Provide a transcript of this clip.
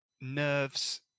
nerves